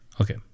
Okay